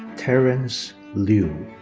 terrence liu.